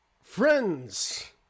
friends